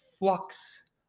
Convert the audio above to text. flux